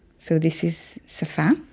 so this is safa,